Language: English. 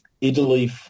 Italy